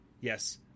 yes